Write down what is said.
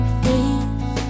face